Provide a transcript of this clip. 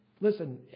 Listen